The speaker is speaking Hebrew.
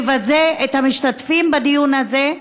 מבזה את המשתתפים בדיון הזה,